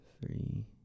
three